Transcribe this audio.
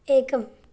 एकम्